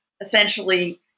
essentially